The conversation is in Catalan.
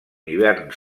hiverns